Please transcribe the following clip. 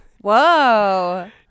Whoa